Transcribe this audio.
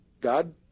God